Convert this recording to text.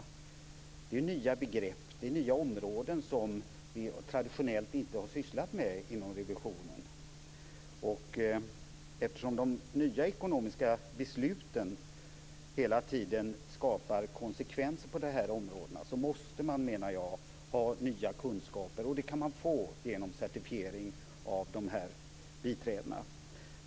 Detta är ju nya begrepp, och det är områden som man traditionellt inte har sysslat med inom revisionen. Eftersom de nya ekonomiska besluten hela tiden skapar konsekvenser på dessa områden, måste man ha nya kunskaper, och det kan man få genom certifiering av biträdena.